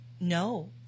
no